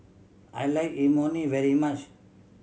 I like Imoni very much